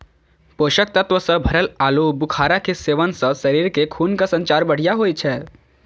पोषक तत्व सं भरल आलू बुखारा के सेवन सं शरीर मे खूनक संचार बढ़िया होइ छै